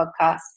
Podcast